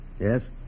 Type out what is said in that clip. Yes